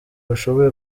bashoboye